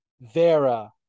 Vera